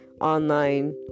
online